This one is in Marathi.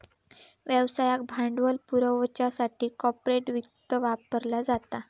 व्यवसायाक भांडवल पुरवच्यासाठी कॉर्पोरेट वित्त वापरला जाता